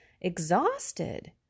exhausted